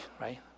right